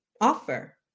offer